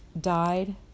died